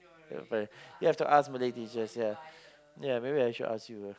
cannot find then I have to ask Malay teachers ya maybe I should ask you ah